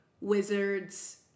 wizards